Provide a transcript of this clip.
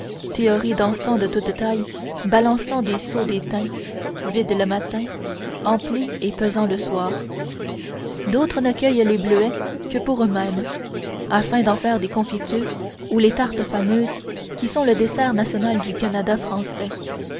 théories d'enfants de toutes tailles balançant des seaux d'étain vides le matin emplis et pesants le soir d'autres ne cueillent les bleuets que pour eux-mêmes afin d'en faire des confitures ou les tartes fameuses qui sont le dessert national du canada français